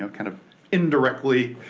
so kind of indirectly,